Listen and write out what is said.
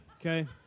Okay